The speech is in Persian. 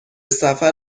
سفر